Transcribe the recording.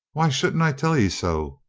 why shouldn't i tell e so?